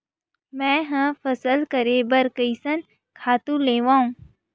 मैं ह फसल करे बर कइसन खातु लेवां?